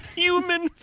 human